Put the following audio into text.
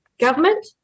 government